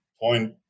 point